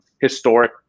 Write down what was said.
historic